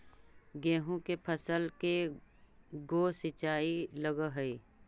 गेहूं के फसल मे के गो सिंचाई लग हय?